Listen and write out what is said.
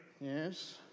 Yes